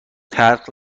تلخ